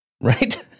right